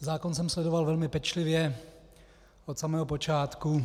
Zákon jsem sledoval velmi pečlivě od samého počátku.